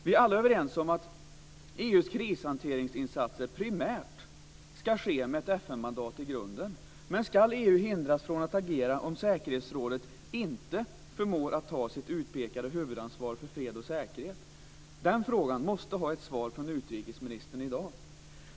Vi är alla överens om att EU:s krishanteringsinsatser primärt ska ske med ett FN-mandat i grunden. Men ska EU hindras från att agera om säkerhetsrådet inte förmår att ta sitt utpekade huvudansvar för fred och säkerhet? Den frågan måste få ett svar från utrikesministern i dag.